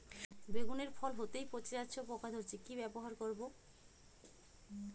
বেগুনের ফল হতেই পচে যাচ্ছে ও পোকা ধরছে কি ব্যবহার করব?